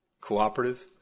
cooperative